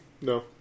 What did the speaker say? No